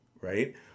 right